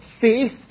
faith